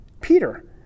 Peter